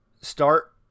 start